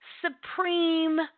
Supreme